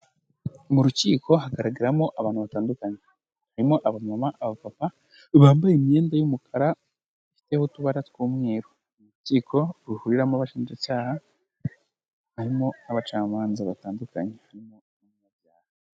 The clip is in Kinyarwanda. Mu rukiko hagaragaramo abantu batandukanye. Harimo abamama, abapapa, bambaye imyenda y'umukara, ifiteho utubara tw'umweru. Ni urukiko ruhuriramo abashinjacyaha, harimo abacamanza batandukanye harimo n'abanyabyaha.